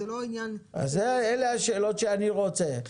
אלה השאלות שאני רוצה.